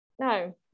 No